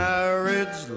Marriage